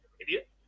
idiot